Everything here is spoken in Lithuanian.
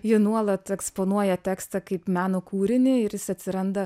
ji nuolat eksponuoja tekstą kaip meno kūrinį ir jis atsiranda